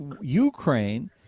Ukraine